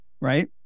Right